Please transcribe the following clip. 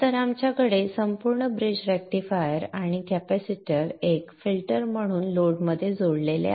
तर आपण full bridge rectifier आणि कॅपेसिटर एक फिल्टर म्हणून लोडमध्ये जोडलेले आहेत